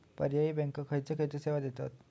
पर्यायी बँका खयचे खयचे सेवा देतत?